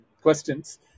questions